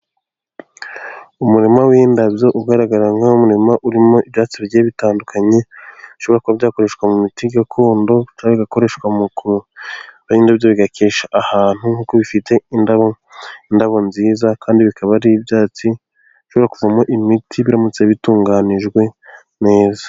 Umurima w'indabyo ugaragara nk'umurima urimo ibyatsi bigiye bitandukanye bishobora kuba byakoreshwa mu miti gakondo cyangwa bigakoreshwa mu ndabyo bigakesha ahantu nk'uko bifite indabo nziza, kandi bikaba ari ibyatsi bishobora kuvamo imiti biramutse bitunganijwe neza.